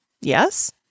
Yes